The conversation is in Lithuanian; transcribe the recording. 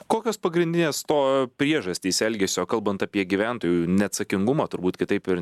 kokios pagrindinės to priežastys elgesio kalbant apie gyventojų neatsakingumą turbūt kitaip ir